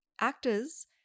actors